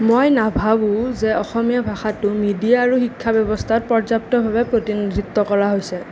মই নাভাবোঁ যে অসমীয়া ভাষাটো মিডিয়া আৰু শিক্ষা ব্যৱস্থাত পৰ্যাপ্তভাৱে প্ৰতিনিধিত্ব কৰা হৈছে